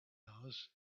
hours